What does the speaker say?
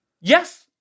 Yes